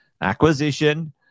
acquisition